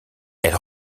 elle